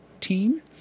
team